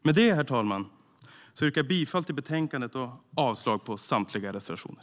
Med det, herr talman, yrkar jag bifall till utskottets förslag och avslag på samtliga reservationer.